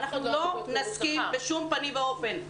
אנחנו לא נסכים בשום פנים ואופן.